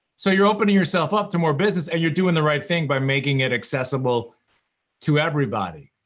so you're opening yourself up to more business and you're doing the right thing by making it accessible to everybody.